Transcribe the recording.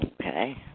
Okay